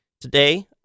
today